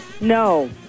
No